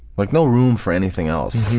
like no room for anything else.